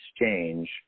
exchange